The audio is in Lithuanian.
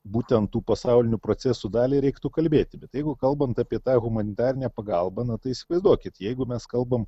būtent tų pasaulinių procesų dalį reiktų kalbėti bet jeigu kalbant apie tą humanitarinę pagalbą na tai įsivaizduokit jeigu mes kalbam